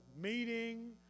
meeting